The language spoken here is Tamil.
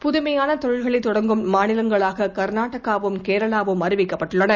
புதுமையானதொழில்களைதொடங்கும் மாநிலங்களாககள்நாடகாவும் கேரளாவும் அறிவிக்கப்பட்டுள்ளன